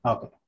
Okay